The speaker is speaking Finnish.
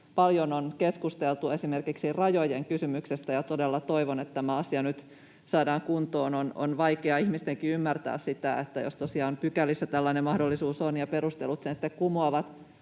paljon keskusteltu esimerkiksi rajojen kysymyksestä, ja todella toivon, että tämä asia nyt saadaan kuntoon. On vaikea ihmistenkin ymmärtää sitä, että jos tosiaan pykälissä tällainen mahdollisuus on ja perustelut sen sitten kumoavat